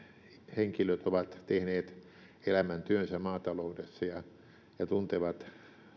henkilöt ovat tehneet elämäntyönsä maataloudessa ja ja tuntevat